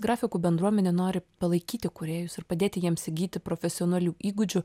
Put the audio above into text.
grafikų bendruomenė nori palaikyti kūrėjus ir padėti jiems įgyti profesionalių įgūdžių